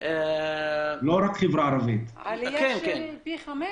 זה עליה של פי חמש?